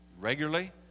regularly